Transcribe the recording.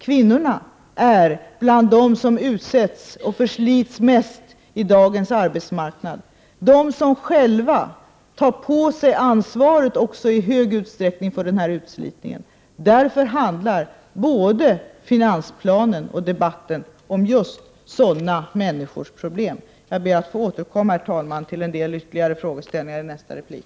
Kvinnorna är bland dem som utsätts och förslits mest i dagens arbetsmarknad. Det är också de som själva i stor utsträckning tar på sig ansvaret för den här utslitningen. Därför handlar både finansplanen och debatten om just sådana människors problem. Jag ber att få återkomma, herr talman, till en del ytterligare frågeställningar i nästa replik.